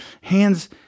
Hands